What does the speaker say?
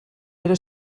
era